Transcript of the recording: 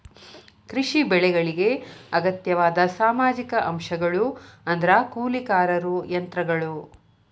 ಕೃಷಿ ಬೆಳೆಗಳಿಗೆ ಅಗತ್ಯವಾದ ಸಾಮಾಜಿಕ ಅಂಶಗಳು ಅಂದ್ರ ಕೂಲಿಕಾರರು ಯಂತ್ರಗಳು